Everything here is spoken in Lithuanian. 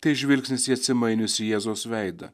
tai žvilgsnis į atsimainiusio jėzaus veidą